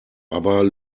aber